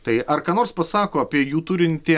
tai ar ką nors pasako apie jų turinį tie